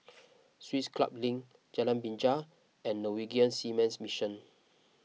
Swiss Club Link Jalan Binjai and Norwegian Seamen's Mission